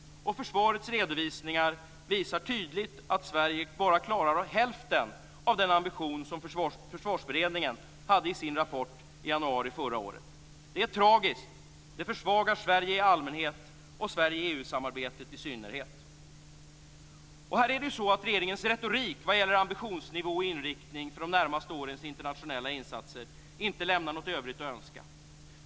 Försvarets redovisningar visar tydligt att Sverige bara klarar av hälften av den ambition som Förvarsberedningen hade i sin rapport i januari förra året. Det är tragiskt. Det försvagar Sverige i allmänhet och Sverige i EU samarbetet i synnerhet. Regeringens retorik vad gäller ambitionsnivå och inriktning för de närmaste årens internationella insatser lämnar inte något i övrigt att önska.